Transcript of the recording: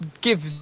give